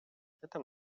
это